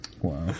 wow